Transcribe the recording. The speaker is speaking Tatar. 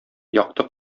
якты